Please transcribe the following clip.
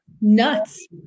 nuts